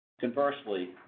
Conversely